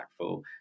impactful